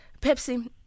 pepsi